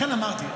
לכן אמרתי,